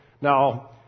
Now